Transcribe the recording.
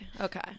okay